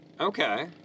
Okay